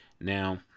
Now